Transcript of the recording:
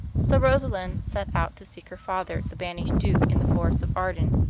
so rosalind set out to seek her father, the banished duke, in the forest of arden.